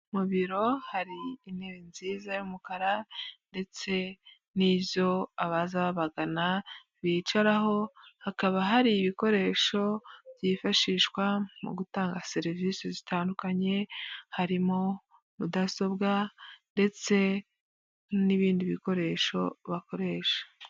Mu biro hari intebe nziza y'umukara ndetse n'izo abazabagana bicaraho, hakaba hari ibikoresho byifashishwa mu gutanga serivisi zitandukanye harimo mudasobwa ndetse n'ibindi bikoresho bakoresha.